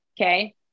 okay